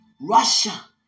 Russia